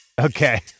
Okay